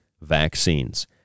vaccines